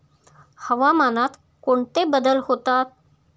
हवामानात कोणते बदल होतात?